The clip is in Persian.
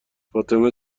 فاطمه